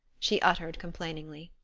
she uttered, complainingly.